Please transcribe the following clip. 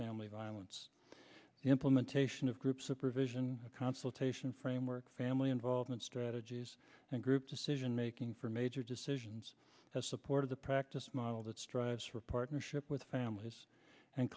family violence implementation of groups the provision of consultation framework family involvement strategies and group decision making for major decisions have supported the practice model that strives for partnership with families and